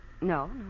no